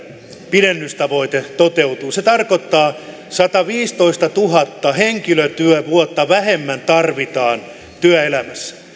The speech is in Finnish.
pidennystavoite toteutuu se tarkoittaa että sataviisitoistatuhatta henkilötyövuotta vähemmän tarvitaan työelämässä